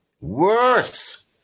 worse